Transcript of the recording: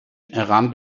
iran